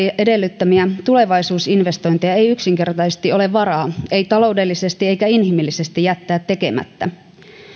edellyttämiä tulevaisuusinvestointeja ei yksinkertaisesti ole varaa ei taloudellisesti eikä inhimillisesti jättää tekemättä